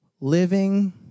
living